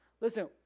Listen